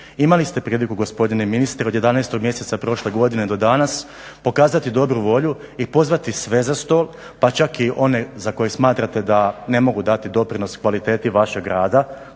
Imali ste priliku gospodine ministre od 11. mjeseca prošle godine do danas pokazati dobru volju i pozvati sve za stol, pa čak i one za koje smatrate da ne mogu dati doprinos kvaliteti vašeg rada